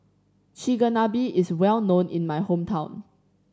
Chigenabe is well known in my hometown